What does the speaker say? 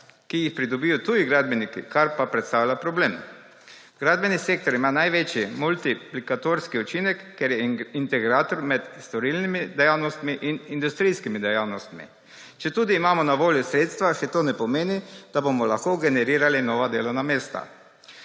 ki jih pridobijo tudi gradbeniki, kar pa predstavlja problem. Gradbeni sektor ima največji multiplikativni učinek, ker je integrator med storilnimi dejavnostmi in industrijskimi dejavnostmi. Četudi imamo na voljo sredstva, to še ne pomeni, da bomo lahko generirali nova delovna mesta.